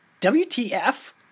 WTF